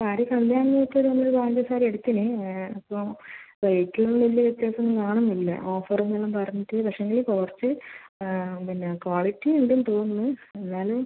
ആദ്യം കല്യാൺ നിന്ന് എനിക്ക് ഒരു അഞ്ച് സാരി എടുത്തിരുന്നു അപ്പോൾ റേറ്റിൽ വലിയ വ്യത്യാസം ഒന്നും കാണുന്നില്ല ഓഫറു എന്നെല്ലാം പറഞ്ഞിട്ട് പക്ഷേങ്കിൽ കുറച്ച് പിന്നെ ക്വാളിറ്റി ഉണ്ടെന്ന് തോന്നുന്നു എന്നാലും